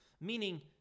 meaning